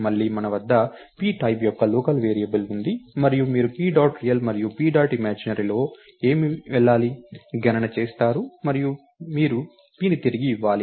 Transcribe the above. మళ్లీ మన వద్ద p టైప్ యొక్క లోకల్ వేరియబుల్ ఉంది మరియు మీరు p డాట్ రియల్ మరియు p డాట్ ఇమాజినరీలోకి ఏమి వెళ్లాలి గణన చేస్తారు మరియు మీరు pని తిరిగి ఇవ్వాలి